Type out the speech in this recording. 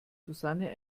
susanne